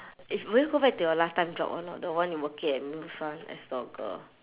if will you go back to your last time job or not the one you working at muse [one] as door girl